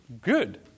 good